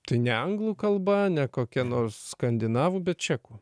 tai ne anglų kalba ne kokia nors skandinavų bet čekų